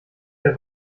der